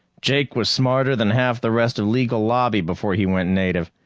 jake was smarter than half the rest of legal lobby before he went native.